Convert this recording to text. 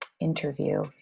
interview